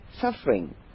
suffering